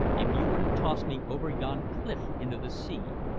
if you were to toss me over yonder cliff into the sea,